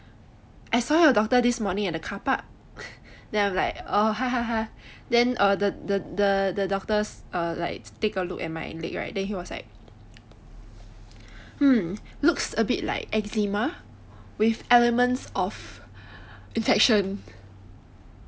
I saw your doctor this morning at the carpark then I'm like oh ha ha ha then th~ th~ the doctor err like take a look my leg right then he was like hmm looks a bit like eczema with elements of infection